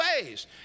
ways